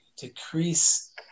decrease